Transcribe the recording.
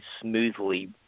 smoothly